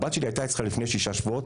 הבת שלי הייתה אצלך לפני שישה שבועות,